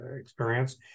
experience